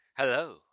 Hello